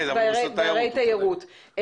וערי תיירות.